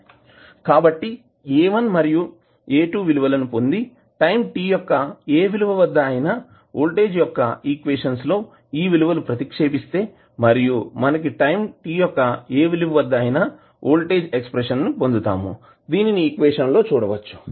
కాబట్టి A1 మరియు A2 విలువలు పొంది టైం t యొక్క ఏ విలువ వద్ద అయినా వోల్టేజ్ యొక్క ఈక్వేషన్స్ లో ఈ విలువలు ప్రతిక్షేపిస్తే మరియు మనకు టైం t యొక్క ఏ విలువ వద్ద అయినా వోల్టేజ్ ఎక్స్ప్రెషన్ పొందుతాము దీనిని ఈక్వేషన్ లో చూడవచ్చు